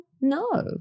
no